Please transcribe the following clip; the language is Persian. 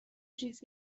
چیز